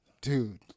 dude